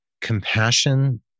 Compassion